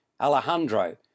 Alejandro